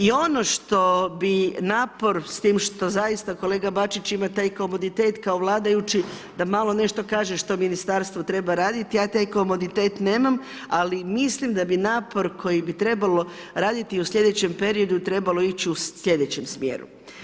I ono što bi napor, s tim što zaista kolega Bačić ima taj komoditet kao vladajući da malo nešto kaže što ministarstvo treba raditi, ja taj komoditet nema, ali mislim da bi napor koji bi trebalo raditi u sljedeće periodu trebalo ići u sljedećem smjeru.